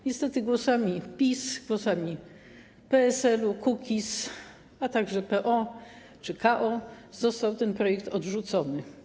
Niestety głosami PiS, głosami PSL, Kukiz, a także PO czy KO został ten projekt odrzucony.